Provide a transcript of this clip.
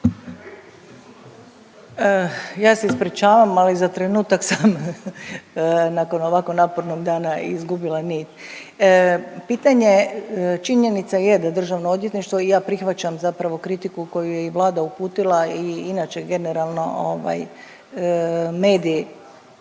Ja se ispričavam, ali za trenutak sam, nakon ovako napornog dana izgubila nit. Pitanje činjenica je da DORH i ja prihvaćam zapravo kritiku koju je i Vlada uputila i inače generalno ovaj,